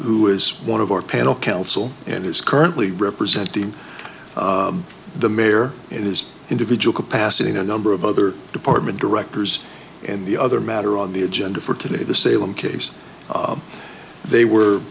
who is one of our panel counsel and is currently representing the mayor it is individual capacity in a number of other department directors and the other matter on the agenda for today the salem case they were